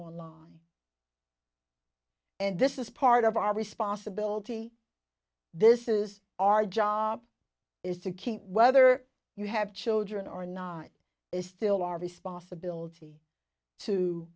online and this is part of our responsibility this is our job is to keep whether you have children or not it is still our responsibility to